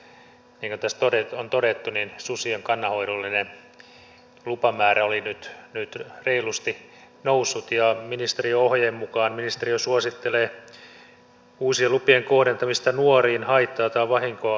niin kuin tässä on todettu susien kannanhoidollinen lupamäärä oli nyt reilusti noussut ja ministeriön ohjeen mukaan ministeriö suosittelee uusien lupien kohdentamista nuoriin haittaa tai vahinkoa aiheuttaviin susiin